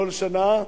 כל שנה,